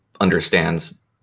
understands